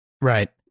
Right